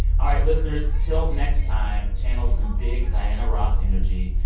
all right, listeners, till next time, channel some big diana ross energy.